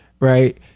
Right